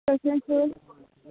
तशेंच